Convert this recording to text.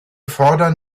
fordern